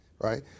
right